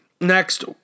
Next